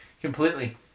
Completely